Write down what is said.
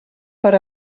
per